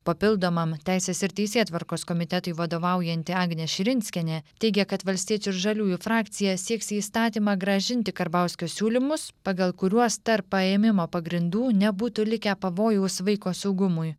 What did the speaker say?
papildomam teisės ir teisėtvarkos komitetui vadovaujanti agnė širinskienė teigia kad valstiečių ir žaliųjų frakcija sieks į įstatymą grąžinti karbauskio siūlymus pagal kuriuos tarp paėmimo pagrindų nebūtų likę pavojaus vaiko saugumui